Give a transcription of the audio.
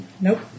Nope